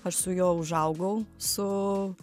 aš su juo užaugau su